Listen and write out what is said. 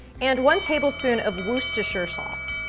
and one tablespoon of worcestershire sauce.